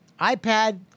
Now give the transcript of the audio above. iPad